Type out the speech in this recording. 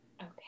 Okay